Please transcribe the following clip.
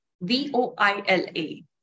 V-O-I-L-A